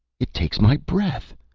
it takes my breath!